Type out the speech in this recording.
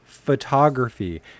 Photography